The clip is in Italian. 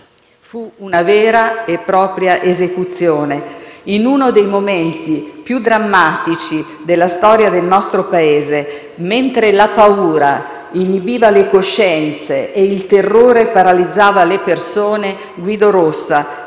Fu una vera e propria esecuzione. In uno dei momenti più drammatici della storia del nostro Paese, mentre la paura inibiva le coscienze e il terrore paralizzava le persone, Guido Rossa,